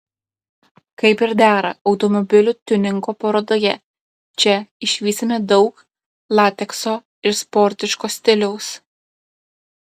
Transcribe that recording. kaip ir dera automobilių tiuningo parodoje čia išvysime daug latekso ir sportiško stiliaus